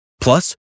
Plus